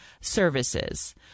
services